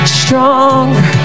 stronger